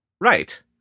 right